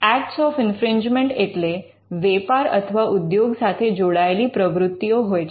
acts of infringement એટલે વેપાર અથવા ઉદ્યોગ સાથે જોડાયેલી પ્રવૃત્તિઓ હોય છે